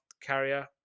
carrier